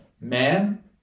Man